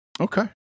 Okay